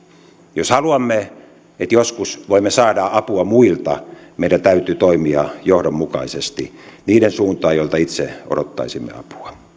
jos haluamme että joskus voimme saada apua muilta meidän täytyy toimia johdonmukaisesti niiden suuntaan joilta itse odottaisimme apua